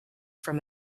from